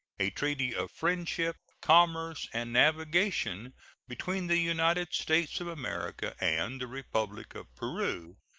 a treaty of friendship, commerce, and navigation between the united states of america and the republic of peru,